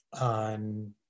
on